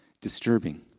disturbing